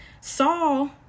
Saul